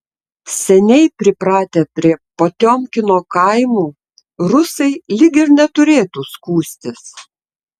seniai pripratę prie potiomkino kaimų rusai lyg ir neturėtų skųstis